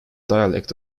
dialect